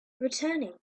returning